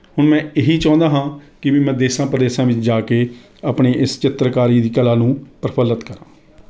ਹੁਣ ਮੈਂ ਇਹੀ ਚਾਹੁੰਦਾ ਹਾਂ ਕਿ ਮੈਂ ਦੇਸਾਂ ਪਰਦੇਸਾਂ ਵਿੱਚ ਜਾ ਕੇ ਆਪਣੇ ਇਸ ਚਿੱਤਰਕਾਰੀ ਦੀ ਕਲਾ ਨੂੰ ਪ੍ਰਫੁੱਲਿਤ ਕਰਾਂ